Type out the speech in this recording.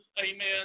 amen